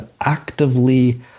actively